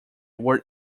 were